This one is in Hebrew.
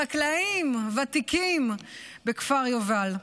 חקלאים ותיקים בכפר יובל,